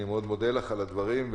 אני מאוד מודה לך על הדברים,